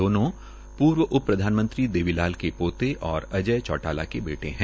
दोनों पर्व उप प्रधानमंत्री देवी लाल के पौते और अजय चौटाला के बेटे है